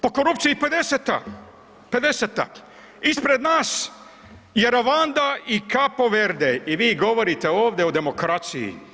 Po korupciji 50., ispred nas je Ruanda i Cabo Verde i vi govorite ovdje o demokraciji.